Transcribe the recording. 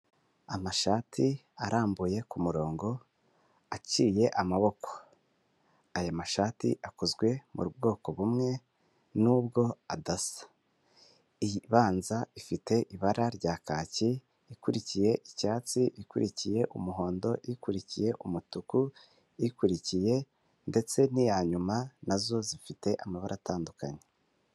Amashati arambuye kumurongo aciye amaboko, ayo mashati akozwe mu bwoko bumwe nubwo adasa, iyi ibanza ifite ibara rya kaki, ikurikiye, icyatsi, ikurikiye umuhondo, ikurikiye umutuku, ikurikiye ndetse n'iyayuma nazo zifite amabara atandukanye.